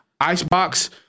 Icebox